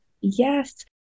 Yes